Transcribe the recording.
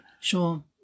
sure